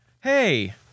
hey